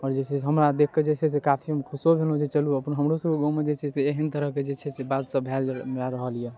आओर जे छै से हमरा देखकऽ जे छै से काफी हम खुशो भेलहुँ जे चलु अपन हमरोसबके गाँवमे जे छै से एहन तरहके जे छै से बात सब भए रहल यऽ